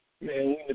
Man